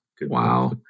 Wow